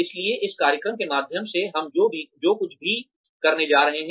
इसलिए इस कार्यक्रम के माध्यम से हम जो कुछ भी करने जा रहे हैं